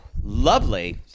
lovely